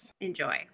enjoy